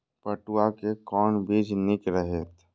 पटुआ के कोन बीज निक रहैत?